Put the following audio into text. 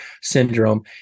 syndrome